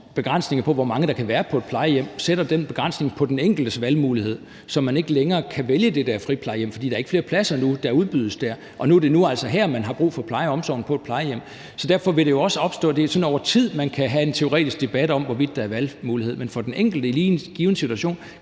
begrænsningerne på, hvor mange der kan være på et plejehjem, sætter den begrænsning på den enkeltes valgmuligheder, at man ikke længere kan vælge det der friplejehjem, fordi der ikke er flere pladser, der udbydes dér – men det er altså nu og her, at man har brug for plejen og omsorgen på et plejehjem, så derfor vil det problem også opstå. Det er sådan over tid, at man kan have en teoretisk debat om, hvorvidt der er den valgmulighed. Men for den enkelte lige i en given situation